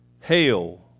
Hail